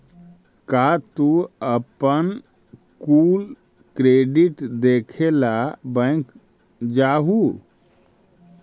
का तू अपन कुल क्रेडिट देखे ला बैंक जा हूँ?